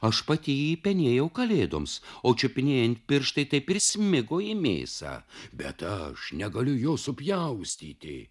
aš pati jį penėjau kalėdoms o čiupinėjant pirštai taip ir smigo į mėsą bet aš negaliu jo supjaustyti